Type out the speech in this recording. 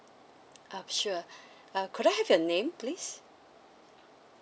um sure uh could I have your name please